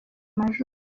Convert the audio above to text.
maj